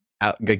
out